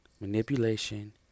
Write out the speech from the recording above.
manipulation